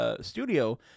studio